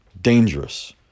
dangerous